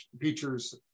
features